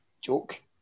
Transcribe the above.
joke